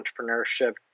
entrepreneurship